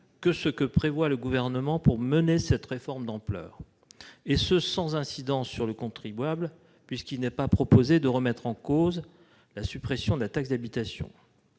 que ce que fixe le Gouvernement pour mener cette réforme d'ampleur, sans que cela ait d'incidence pour le contribuable, puisqu'il n'est pas question de remettre en cause la suppression de la taxe d'habitation.